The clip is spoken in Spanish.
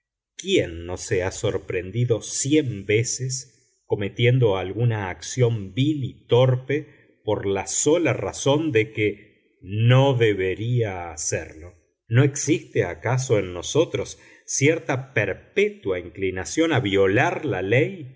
quién no se ha sorprendido cien veces cometiendo alguna acción vil y torpe por la sola razón de que no debería hacerlo no existe acaso en nosotros cierta perpetua inclinación a violar la ley